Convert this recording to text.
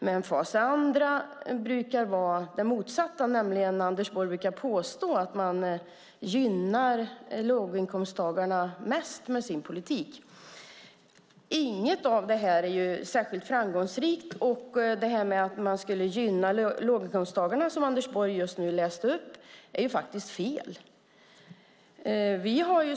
Den andra brukar vara den motsatta. Anders Borg brukar påstå att man gynnar låginkomsttagarna mest med sin politik. Inget av det här är särskilt framgångsrikt, och att man skulle gynna låginkomsttagarna, som Anders Borg just läste upp, är fel.